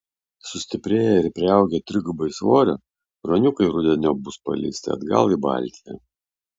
sustiprėję ir priaugę trigubai svorio ruoniukai rudeniop bus paleisti atgal į baltiją